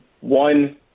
one